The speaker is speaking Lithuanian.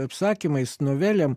apsakymais novelėm